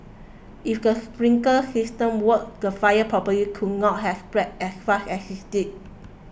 if the sprinkler system worked the fire probably could not have spread as fast as it did